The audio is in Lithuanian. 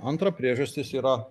antra priežastis yra